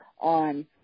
on